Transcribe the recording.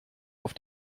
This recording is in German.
auf